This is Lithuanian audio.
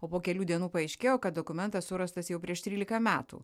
o po kelių dienų paaiškėjo kad dokumentas surastas jau prieš trylika metų